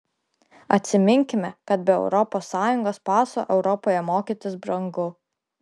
atsiminkime kad be europos sąjungos paso europoje mokytis brangu